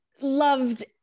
loved